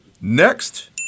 Next